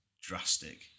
drastic